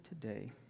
today